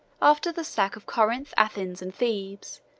after the sack of corinth, athens, and thebes,